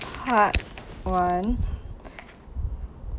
part one